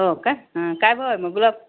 हो काय काय भाव आहे मग गुलाब